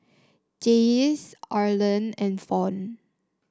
Jaycie Arland and Fawn